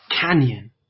canyon